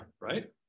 right